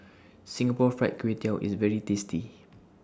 Singapore Fried Kway Tiao IS very tasty